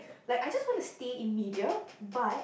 like I just want to stay in media but